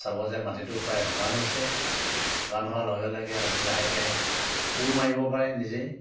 চাব যে মাটিটো প্ৰায় শুকান হৈছে শুকান হোৱা লগে লগে আপুনি লাহেকৈ কোৰ মাৰিব পাৰে নিজে